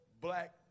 black